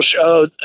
showed